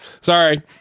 Sorry